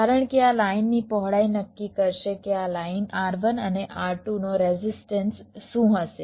કારણ કે આ લાઇનની પહોળાઈ નક્કી કરશે કે આ લાઇન R1 અને R2 નો રેઝિસ્ટન્સ શું હશે